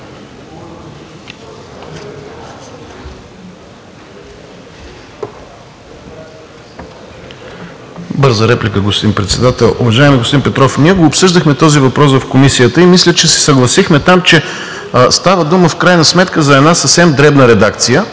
Бърза реплика, господин Председател. Уважаеми господин Петров, ние обсъждахме този въпрос в Комисията и мисля, че се съгласихме там, че става дума в крайна сметка за една съвсем дребна редакция